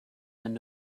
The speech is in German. wenn